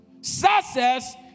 Success